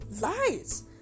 lies